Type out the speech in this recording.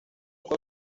con